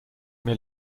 mir